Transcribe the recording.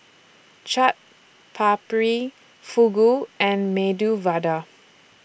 Chaat Papri Fugu and Medu Vada